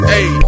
Hey